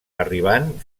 arribant